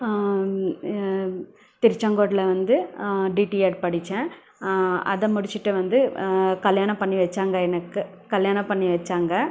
திருச்செங்கோட்டில் வந்து டிடீஎட் படிச்சேன் அதை முடிச்சிவிட்டு வந்து கல்யாணம் பண்ணி வச்சாங்க எனக்கு கல்யாணம் பண்ணி வச்சாங்க